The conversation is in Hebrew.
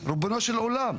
ריבונו של עולם,